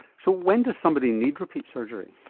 so when does somebody need repeat surgery?